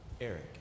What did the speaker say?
Eric